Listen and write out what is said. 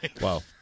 Wow